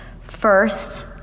First